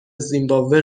زیمباوه